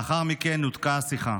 לאחר מכן נותקה השיחה.